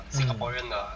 mm